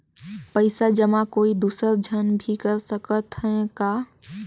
पइसा जमा कोई दुसर झन भी कर सकत त ह का?